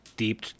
deep